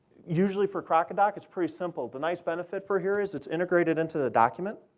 usually for crocodoc it's pretty simple. the nice benefit for here is it's integrated into the document.